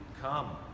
Come